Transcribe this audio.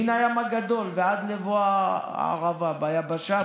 "מן הים הגדול עד לבוא הערבה / ביבשה,